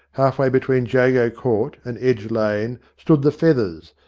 half way between jago court and edge lane, stood the feathers,